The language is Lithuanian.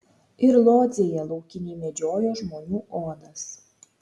ir lodzėje laukiniai medžiojo žmonių odas